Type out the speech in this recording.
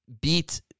beat